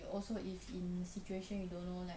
also if in situation you don't know like